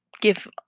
give